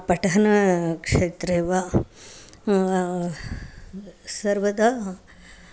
पठनक्षेत्रे वा सर्वदा